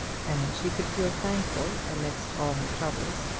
and she could feel thankful, amidst all her troubles,